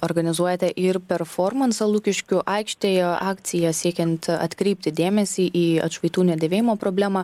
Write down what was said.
organizuojate ir performansą lukiškių aikštėje akciją siekiant atkreipti dėmesį į atšvaitų nedėvėjimo problemą